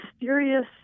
mysterious